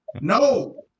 No